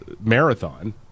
marathon